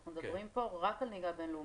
אנחנו מדברים פה רק על נהיגה בין-לאומית.